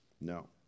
No